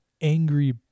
angry